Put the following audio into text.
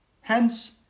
hence